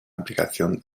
aplicación